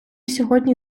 сьогодні